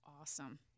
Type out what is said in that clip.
Awesome